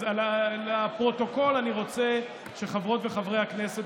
אז לפרוטוקול אני רוצה שחברות וחברי הכנסת,